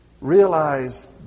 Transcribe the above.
realize